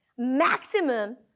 Maximum